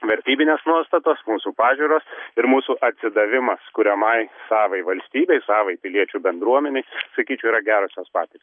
vertybinės nuostatos mūsų pažiūros ir mūsų atsidavimas kuriamai savai valstybei savai piliečių bendruomenei sakyčiau yra gerosios patir